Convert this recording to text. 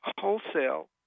wholesale